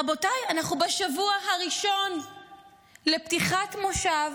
רבותיי, אנחנו בשבוע הראשון לפתיחת מושב,